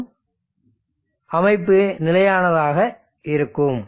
மற்றும் அமைப்பு நிலையானதாக இருக்கும்